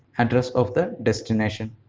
address of the destination.